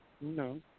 No